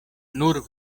nur